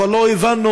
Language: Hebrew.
אבל לא הבנו,